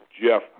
Jeff